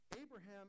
Abraham